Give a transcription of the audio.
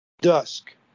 dusk